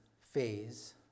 phase